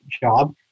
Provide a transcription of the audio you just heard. job